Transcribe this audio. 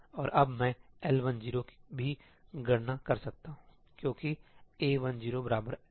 और अब मैं L10 भी गणना कर सकता हूंठीक क्योंकि A10 L10 U00